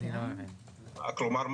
כלומר,